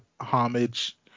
homage